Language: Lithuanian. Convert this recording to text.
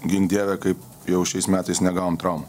gink dieve kaip jau šiais metais negavom traumų